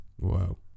Wow